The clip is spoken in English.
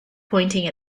pointing